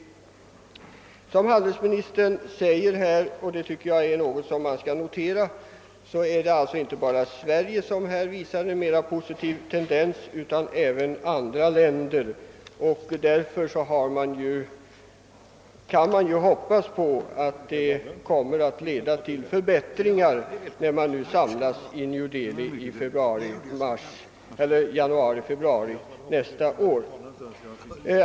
Som handelsministern framhåller i svaret är det inte bara Sverige som visar en mer positiv inställning, och det tycker jag skall noteras. Därför kan vi hoppas på att förhandlingarna i New Delhi skall leda till förbättringar.